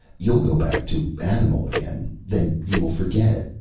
you'll go back to animal again. then you will forget.